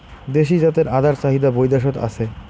দেশী জাতের আদার চাহিদা বৈদ্যাশত আছে